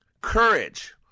courage